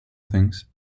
things